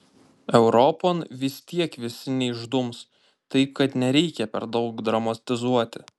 europon vis tiek visi neišdums taip kad nereikia per daug dramatizuoti